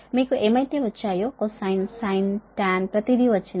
మీకు ఏమైతే వచ్చాయో కొసైన్ సైన్ టాన్ ప్రతిదీ వచ్చింది